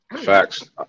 Facts